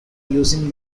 using